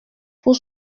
pour